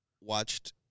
watched